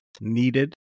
needed